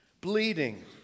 bleeding